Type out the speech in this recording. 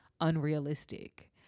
unrealistic